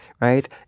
Right